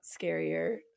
scarier